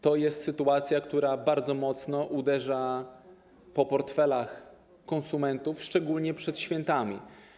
To jest sytuacja, która bardzo mocno uderza w portfele konsumentów, szczególnie przed świętami.